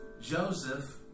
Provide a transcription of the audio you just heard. Joseph